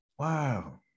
Wow